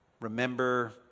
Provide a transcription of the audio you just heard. Remember